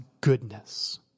goodness